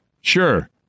Sure